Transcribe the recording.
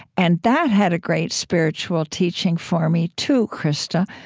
and that had a great spiritual teaching for me too, krista,